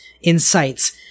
insights